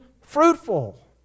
fruitful